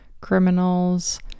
criminals